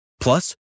Plus